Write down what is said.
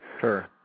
Sure